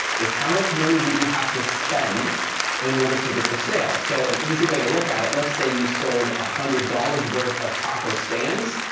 is how much money did you have to spend in order to get the sale? so, an easy way to look at it, let's say you sold one hundred dollars worth of taco stands,